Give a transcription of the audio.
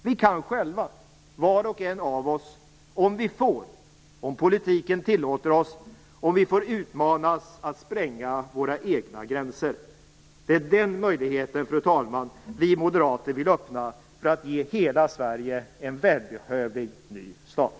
Vi kan själva, var och en av oss, om vi får, om politiken tillåter oss och om vi får utmanas att spränga våra egna gränser. Det är den möjligheten, fru talman, vi moderater vill öppna för att ge hela Sverige en välbehövlig ny start.